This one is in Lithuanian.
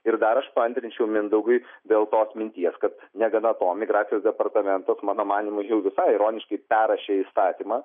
ir dar aš paantrinčiau mindaugui dėl tos minties kad negana to migracijos departamentas mano manymu jau visai ironiškai perrašė įstatymą